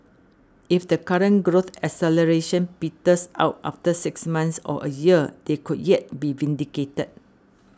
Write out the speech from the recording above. if the current growth acceleration peters out after six months or a year they could yet be vindicated